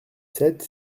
sept